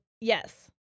yes